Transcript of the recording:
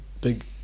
big